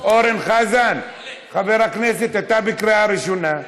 אורן חזן, חבר הכנסת, אתה בקריאה ראשונה.